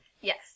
Yes